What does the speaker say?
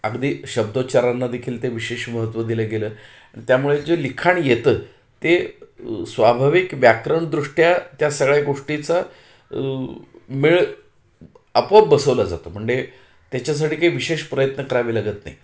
अगदी शब्दोच्चारांना देखील ते विशेष महत्त्व दिलं गेलं त्यामुळे जे लिखाण येतं ते स्वाभाविक व्याकरणदृष्ट्या त्या सगळ्या गोष्टीचा मेळ आपोआप बसवला जातो म्हणजे त्याच्यासाठी काही विशेष प्रयत्न करावे लागत नाही